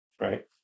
right